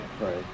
Right